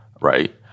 right